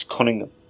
Cunningham